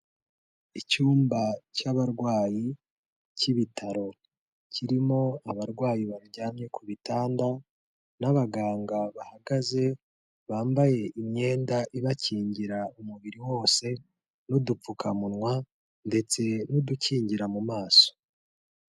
Icyumba cy'abarwayi cy'ibitaro kirimo abarwayi baryamye ku bitanda n'abaganga bahagaze, bambaye imyenda ibakingira umubiri wose n'udupfukamunwa, ndetse n'udukingira mu maso.